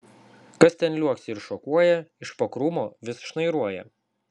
kas ten liuoksi ir šokuoja iš po krūmo vis šnairuoja